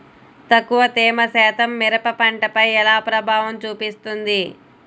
తక్కువ తేమ శాతం మిరప పంటపై ఎలా ప్రభావం చూపిస్తుంది?